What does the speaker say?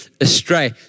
astray